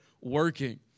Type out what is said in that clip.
working